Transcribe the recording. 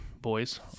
boys